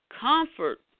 Comfort